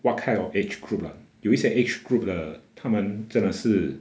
what kind of age group lah 有一些 age group 的他们真的是